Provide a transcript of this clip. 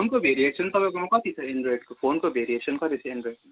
फोनको भेरिएसन तपाईँकोमा कति छ एन्ड्रोइडको फोनको भेरिएसन कति छ एन्ड्रोइडको